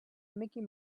mickey